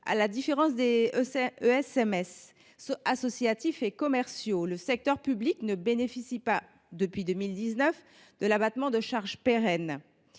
et médico sociaux (ESSMS) associatifs et commerciaux, le secteur public ne bénéficie pas, depuis 2019, de cet abattement de charges pérenne,